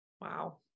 wow